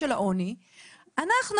אוקיי,